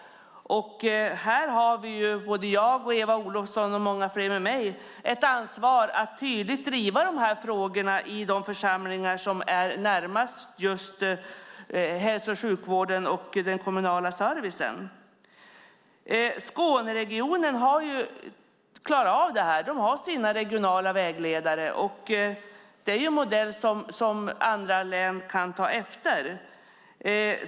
Här har Eva Olofsson, jag och många fler med oss ett ansvar att tydlig driva de frågorna i de församlingar som är närmast hälso och sjukvården och den kommunala servicen. Skåneregionen har klarat av detta. De har sina regionala vägledare. Det är en modell som andra län kan ta efter.